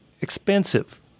expensive